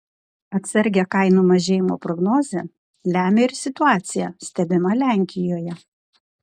atsargią kainų mažėjimo prognozę lemia ir situacija stebima lenkijoje